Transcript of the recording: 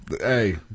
Hey